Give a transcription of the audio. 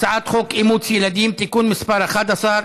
הצעת חוק אימוץ ילדים (תיקון מס' 11),